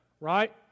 right